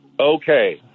okay